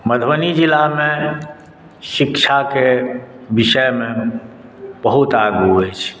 मधुबनी जिलामे शिक्षाके विषयमे बहुत आगू अछि